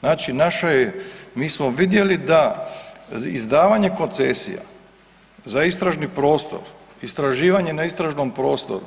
Znači mi smo vidjeli izdavanje koncesija za istražni prostor, istraživanje na istražnom prostoru,